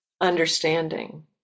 understanding